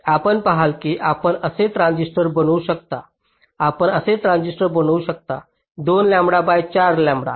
आपण पहाल की आपण असे ट्रांझिस्टर बनवू शकता आपण असे ट्रांझिस्टर बनवू शकता 2 लॅम्बडा बाय 4 लंबडा